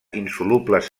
insolubles